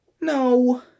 No